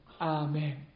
Amen